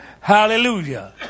Hallelujah